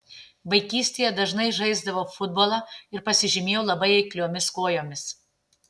vaikystėje dažnai žaisdavau futbolą ir pasižymėjau labai eikliomis kojomis